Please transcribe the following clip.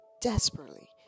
desperately